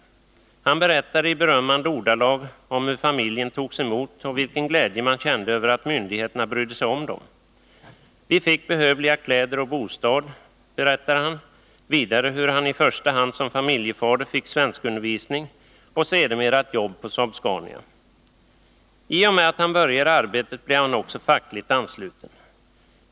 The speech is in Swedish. Han talade i berömmande ordalag om hur familjen togs emot och vilken glädje de kände över att myndigheterna brydde sig om dem. Vi fick behövliga kläder och bostad, berättade han. Vidare nämnde han hur han i första hand som familjefader fick svenskundervisning och sedermera ett jobb på Saab-Scania. I och med att han började arbeta blev han också fackligt ansluten.